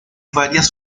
varias